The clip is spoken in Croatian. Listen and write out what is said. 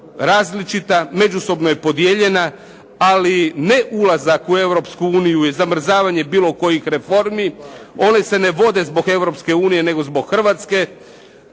različita, međusobno je podijeljena, ali ne ulazak u Europsku uniju i zamrzavanje bilo kojih reformi, one se ne vode zbog Europske unije, nego zbog Hrvatske.